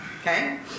Okay